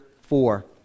four